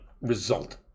result